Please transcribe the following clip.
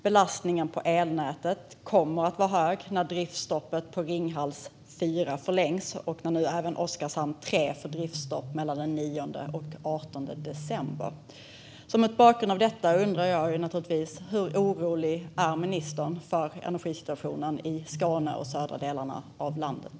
Belastningen på elnätet kommer att vara hög när driftsstoppet på Ringhals 4 förlängs och när nu även Oskarshamn 3 får driftsstopp mellan den 9 och den 18 december. Mot bakgrund av detta undrar jag hur orolig ministern är för energisituationen i Skåne och de södra delarna av landet.